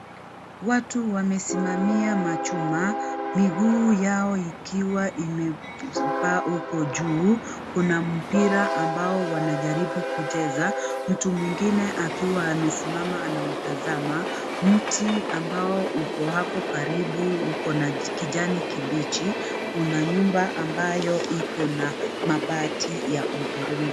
Watu wamesimamia machuma, miguu yao ikiwa imebaa uko juu, kuna mpira ambayo wanajaribu kucheza, mtu mwingine akiwa amesimama amewatasama. Mti ambao uko hapo karibu uko na kijani kibiji, kuna nyumba ambayo iko na mabati ya udhurungi.